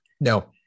no